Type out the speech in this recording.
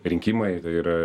rinkimai tai yra